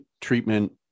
treatment